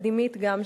תקדימית גם,